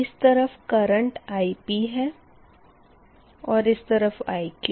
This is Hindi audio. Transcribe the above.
इस तरफ़ करंट Ip है और इस तरफ़ Iq